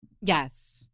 yes